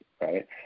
right